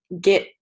get